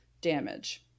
damage